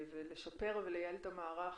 לשפר ולייעל את המערך,